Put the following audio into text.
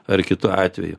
ar kitu atveju